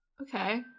Okay